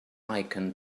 icon